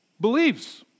Believes